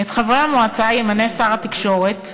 את חברי המועצה ימנה שר התקשורת,